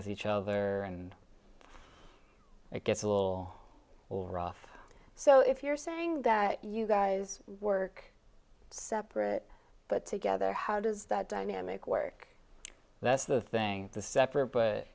with each other and it gets a little or rough so if you're saying that you guys work separate but together how does that dynamic work that's the thing to separate